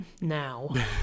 now